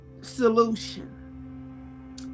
solution